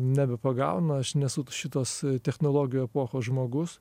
nebepagaunu aš nesu šitos technologijų epochos žmogus